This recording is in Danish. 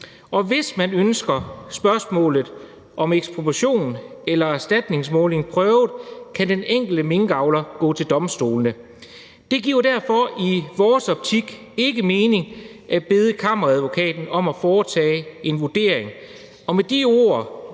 Og hvis man ønsker spørgsmålet om ekspropriation eller erstatningsudmåling prøvet, kan den enkelte minkavler gå til domstolene. Det giver derfor i vores optik ikke mening at bede Kammeradvokaten om at foretage en vurdering. Med de ord